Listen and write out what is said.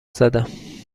زدم